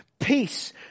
Peace